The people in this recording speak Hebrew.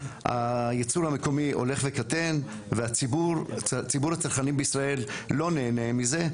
הייצור המקומי הולך וקטן וציבור הצרכנים בישראל לא נהנה מזה.